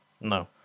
No